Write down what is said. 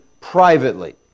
privately